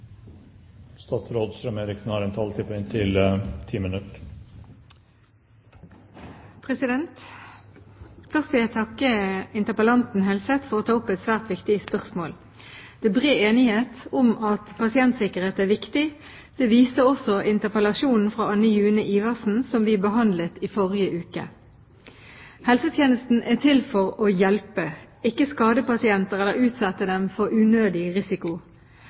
interpellanten, Helseth, for å ta opp et svært viktig spørsmål. Det er bred enighet om at pasientsikkerhet er viktig. Det viste også interpellasjonen fra Anne June Iversen som vi behandlet i forrige uke. Helsetjenesten er til for å hjelpe – ikke skade pasienter eller utsette dem for unødig risiko.